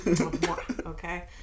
Okay